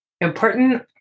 important